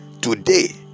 today